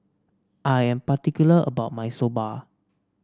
I am particular about my Soba